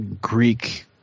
Greek